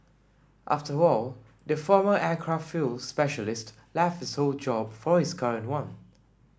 after all the former aircraft fuel specialist left his old job for his current one